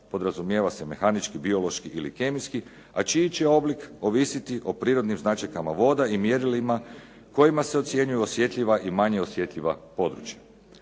podrazumijeva se mehanički, biološki ili kemijski, a čiji će oblik ovisiti o prirodnim značajkama voda i mjerilima kojima se ocjenjuju osjetljiva i manje osjetljiva područja.